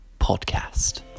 Podcast